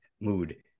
mood